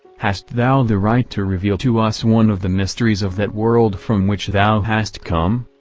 hast thou the right to reveal to us one of the mysteries of that world from which thou hast come?